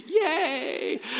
Yay